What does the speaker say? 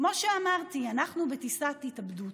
כמו שאמרתי, אנחנו בטיסת התאבדות,